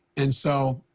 and, so,